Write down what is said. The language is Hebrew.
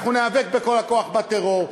אנחנו ניאבק בכל הכוח בטרור,